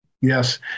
Yes